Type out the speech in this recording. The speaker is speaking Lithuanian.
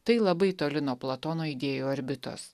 tai labai toli nuo platono idėjų orbitos